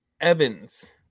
Evans